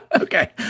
Okay